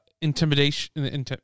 Intimidation